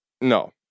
no